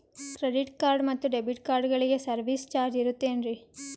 Credit card ಮತ್ತು debit ಕಾರ್ಡಗಳಿಗೆ service charge ಇರುತೇನ್ರಿ?